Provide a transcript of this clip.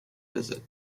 visit